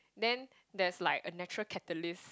then there's like a natural catalyst